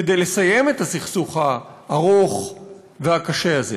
כדי לסיים את הסכסוך הארוך והקשה הזה.